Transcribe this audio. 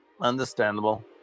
Understandable